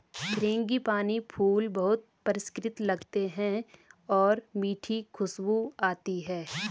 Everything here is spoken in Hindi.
फ्रेंगिपानी फूल बहुत परिष्कृत लगते हैं और मीठी खुशबू आती है